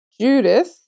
Judith